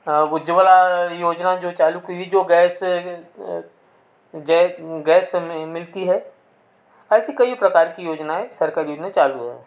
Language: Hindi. उज्वला योजना जो चालू की गई जो गैस सब मिलती है ऐसी कई प्रकार की योजनाएँ सरकारी योजनाएँ चालू हैं